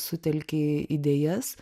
sutelki idėjas